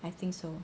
I think so